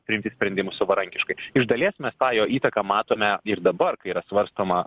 priimti sprendimų savarankiškai iš dalies mes tą jo įtaką matome ir dabar kai yra svarstoma